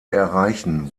erreichen